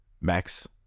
Max